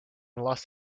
los